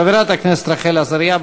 חברת הכנסת רחל עזריה,